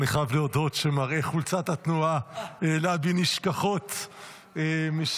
אני חייב להודות שמראה חולצת התנועה העלה בי נשכחות משנים